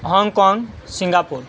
Hong Kong Singapore